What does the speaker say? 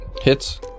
Hits